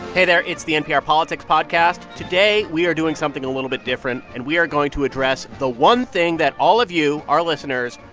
hey there. it's the npr politics podcast. today we are doing something a little bit different, and we are going to address the one thing that all of you, our listeners,